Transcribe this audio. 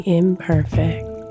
imperfect